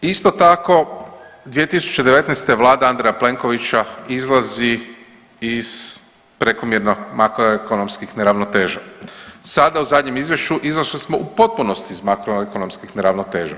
Isto tako 2019. vlada Andreja Plenkovića izlazi iz prekomjerno makroekonomskih neravnoteža, sada u zadnjem izvješću izašli smo u potpunosti iz makroekonomskih neravnoteža.